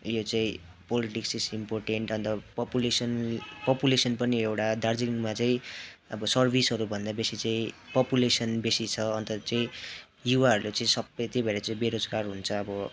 यो चाहिँ politics is important and population population पनि एउटा दार्जिलिङमा चाहिँ अब सर्भिसहरूभन्दा बेसी चाहिँ पपुलेसन बेसी छ अन्त चाहिँ युवाहरू चाहिँ सबै त्यही भएर चाहिँ बेरोजगार हुन्छ अब